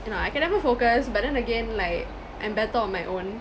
you know I can never focus but then again like I'm better on my own